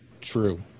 true